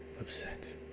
upset